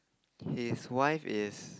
his wife is